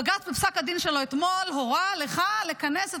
בפסק הדין שלו אתמול בג"ץ הורה לך לכנס את